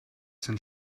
sein